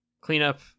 cleanup